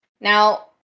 Now